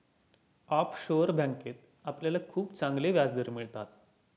offshore बँकेत आपल्याला खूप चांगले व्याजदर मिळतात